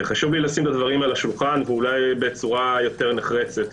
חשוב לי לשים את הדברים על השולחן ואולי בצורה יותר נחרצת,